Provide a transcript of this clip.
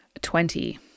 Twenty